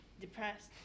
depressed